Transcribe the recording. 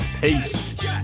peace